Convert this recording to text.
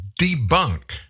debunk